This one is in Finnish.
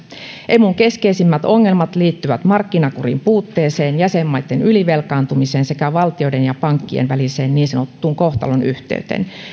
emun keskeisimmät ongelmat liittyvät markkinakurin puutteeseen jäsenmaitten ylivelkaantumiseen sekä valtioiden ja pankkien väliseen niin sanottuun kohtalonyhteyteen